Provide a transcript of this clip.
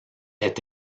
ait